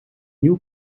nieuw